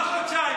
מה חודשיים?